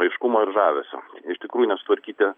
aiškumo ir žavesio iš tikrųjų nesutvarkyti